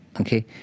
okay